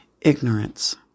ignorance